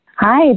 Hi